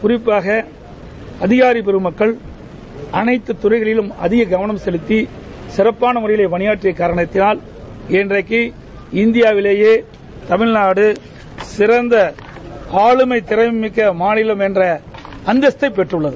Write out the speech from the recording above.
குறிப்பாக அதிகாரிகள் அனைத்து தறைகளிலும் கவனம் செலுத்தி சிறப்பான முறையில் பணியாற்றிய காரணத்தினால் இன்றையக்கு இந்திபாவிலேயே தமிழ்நாடு சிறந்த ஆளுமைத் திறன் மிக்க மாநிலம் என்ற அந்தஸ்தை பெற்றுள்ளது